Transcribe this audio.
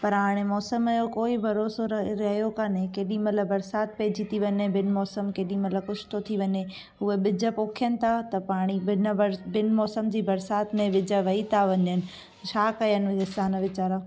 पर हाणे मौसम जो कोई भरोसो रहियो कोन्हे केॾीमहिल बरसाति पइजी थी वञे बिन मौसम केॾीमहिल कुझ थो थी वञे उहे ॿिज पोखनि था त पाणी ॿिनि ॿिन मौसम जी बरसाति में बीज वही था वञनि छा कनि किसान बि वीचारा